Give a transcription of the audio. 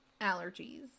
Allergies